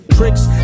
tricks